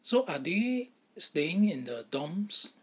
so are they staying in the dorms